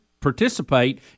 participate